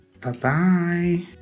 Bye-bye